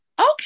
okay